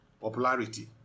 popularity